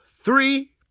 three